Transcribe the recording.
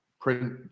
print